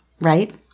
right